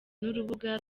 n’urubuga